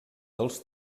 dels